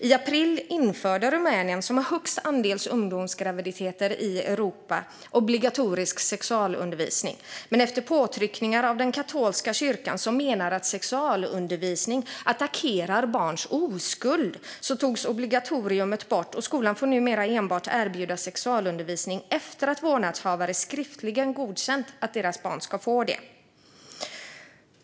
I april införde Rumänien, som har högst andel ungdomsgraviditeter i Europa, obligatorisk sexualundervisning. Men efter påtryckningar från den katolska kyrkan, som menar att sexualundervisning attackerar barns oskuld, togs obligatoriet bort, och skolan får numera enbart erbjuda sexualundervisning efter att vårdnadshavare skriftligen har godkänt att deras barn ska få det.